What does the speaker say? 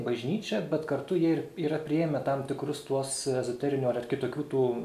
bažnyčią bet kartu jie ir yra priėmę tam tikrus tuos ezoterinių ar ar kitokių tų